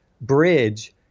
bridge